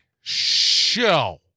show